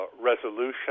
resolution